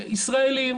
ישראלים,